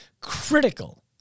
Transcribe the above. critical